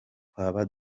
twaba